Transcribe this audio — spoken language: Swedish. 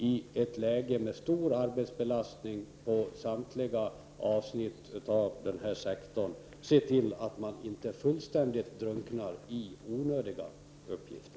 I ett läge med en stor arbetsbelastning på samtliga delar inom denna sektor måste vi se till att man inte fullständigt drunknar i onödiga arbetsuppgifter.